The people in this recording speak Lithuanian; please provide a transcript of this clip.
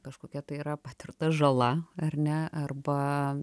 kažkokia tai yra patirta žala ar ne arba